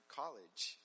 college